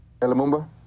Elamumba